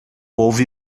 ouve